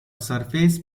surface